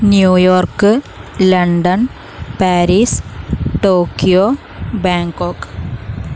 New York London Paris Tokyo Bangkok